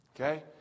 okay